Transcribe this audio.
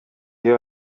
iyo